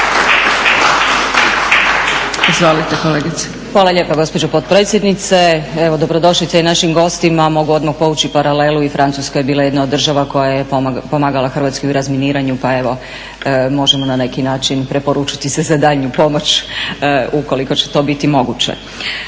Izvolite kolegice./… Hvala lijepa gospođo potpredsjednice. Evo, dobrodošlica i našim gostima. Mogu odmah povući paralelu i Francuska je bila jedna od država koja je pomagala Hrvatskoj u razminiranju pa evo možemo na neki način preporučiti se za daljnju pomoć ukoliko će to biti moguće.